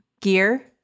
Gear